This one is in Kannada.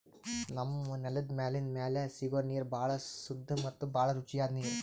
ನಮ್ಮ್ ನೆಲದ್ ಮ್ಯಾಲಿಂದ್ ಮ್ಯಾಲೆ ಸಿಗೋ ನೀರ್ ಭಾಳ್ ಸುದ್ದ ಮತ್ತ್ ಭಾಳ್ ರುಚಿಯಾದ್ ನೀರ್